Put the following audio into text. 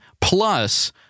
plus